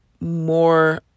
more